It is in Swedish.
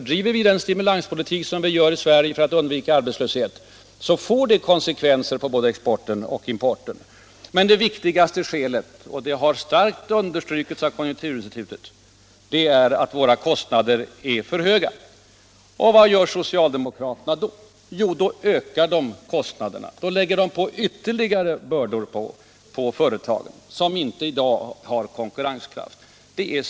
Driver man den stimulanspolitik som vi gör i Sverige för att undvika arbetslöshet, så får det konsekvenser för både exporten och importen. Men det viktigaste skälet — och det har starkt understrukits av konjunkturinstitutet — är att våra kostnader är för höga. Och vad gör socialdemokraterna då? Jo, då ökar de kostnaderna! Då lägger de ytterligare bördor på företagen, som i dag inte har konkurrenskraft.